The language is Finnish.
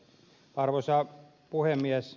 arvoisa puhemies